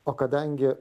o kadangi